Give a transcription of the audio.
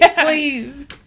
please